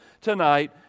tonight